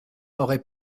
aurait